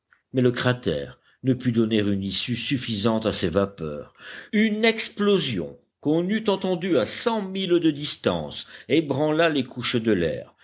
mais le cratère ne put donner une issue suffisante à ces vapeurs une explosion qu'on eût entendue à cent milles de distance ébranla les couches de l'air